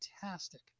fantastic